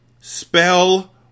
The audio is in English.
Spell